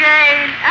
Jane